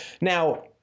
Now